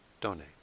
donate